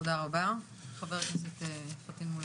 תודה רבה חבר הכנסת מולא.